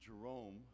Jerome